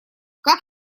как